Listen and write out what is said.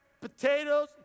Potatoes